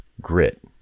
Grit